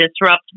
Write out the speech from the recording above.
disrupt